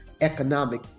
economic